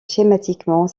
schématiquement